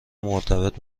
مرتبط